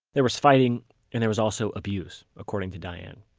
there was fighting and there was also abuse, according to diane.